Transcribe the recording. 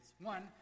One